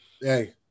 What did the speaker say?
Hey